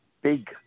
big